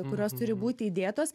kurios turi būti įdėtos